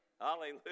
Hallelujah